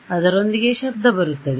ಅದರೊಂದಿಗೆ ಶಬ್ದ ಬರುತ್ತದೆ